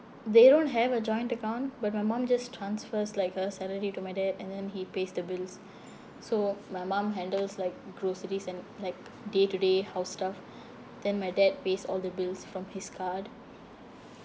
they don't have a joint account but my mum just transfers like her salary to my dad and then he pays the bills so my mum handles like groceries and like day to day house stuff then my dad pays all the bills from his card